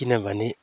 किनभने